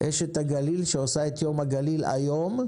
תושבת הגליל שעושה את יום הגליל היום,